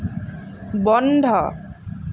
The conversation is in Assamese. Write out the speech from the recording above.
বন্ধ